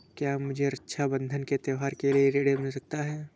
क्या मुझे रक्षाबंधन के त्योहार के लिए ऋण मिल सकता है?